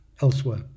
elsewhere